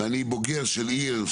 אני בוגר של עיר,